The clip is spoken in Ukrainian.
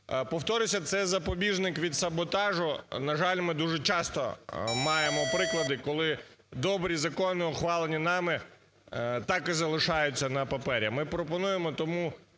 Повторюся, це запобіжник від саботажу, на жаль, ми дуже часто маємо приклади, коли добрі закони, ухвалені нами, також залишаються на папері. Ми пропонуємо тому